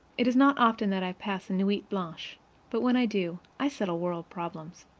it is not often that i pass a nuit blanche but when i do, i settle world problems.